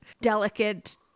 delicate